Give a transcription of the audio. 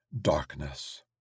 darkness